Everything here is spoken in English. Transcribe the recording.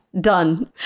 Done